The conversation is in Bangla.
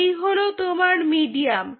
এই হল তোমার মিডিয়াম